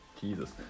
Jesus